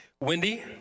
Wendy